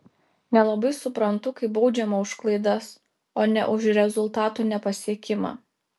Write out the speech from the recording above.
nelabai suprantu kai baudžiama už klaidas o ne už rezultatų nepasiekimą